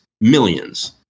millions